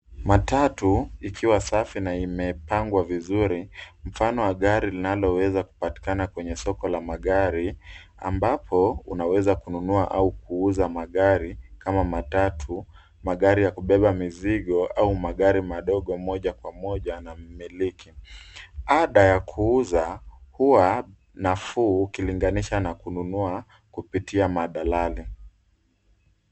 Matatu ikiwa safi na imepangwa vizuri, mfano wa gari linaloweza kupatikana kwenye soko la magari, ambapo unaweza kununua au kuuza magari kama matatu, magari ya kubeba mizigo au magari madogo moja kwa moja na mmiliki. Ada ya kuuza huwa nafuu ukilinganisha na kununua kupitia madalani.